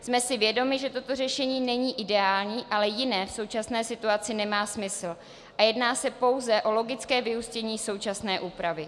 Jsme si vědomi, že toto řešení není ideální, ale jiné v současné situaci nemá smysl a jedná se pouze o logické vyústění současné úpravy.